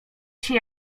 się